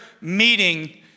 meeting